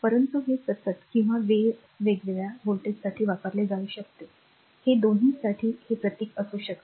परंतु हे सतत किंवा वेळ वेगवेगळ्या व्होल्टेजसाठी वापरले जाऊ शकते हे दोन्ही साठी हे प्रतीक असू शकते